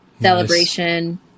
celebration